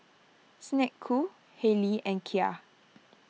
Snek Ku Haylee and Kia